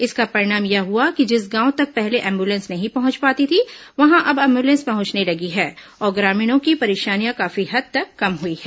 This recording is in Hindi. इसका परिणाम यह हुआ कि जिस गांव तक पहले एंबुलेंस नहीं पहुंच पाती थी वहां अब एंबुलेंस पहुंचने लगी है और ग्रामीणों की परेशानियां काफी हद तक कम हई है